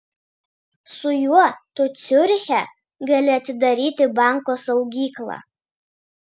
su juo tu ciuriche gali atidaryti banko saugyklą